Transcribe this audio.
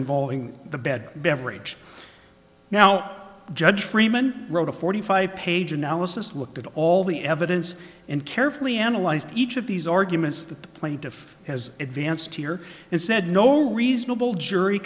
involving the bed beverage now judge freeman wrote a forty five page analysis looked at all the evidence and carefully analyzed each of these arguments that the plaintiff has advanced here and said no reasonable jury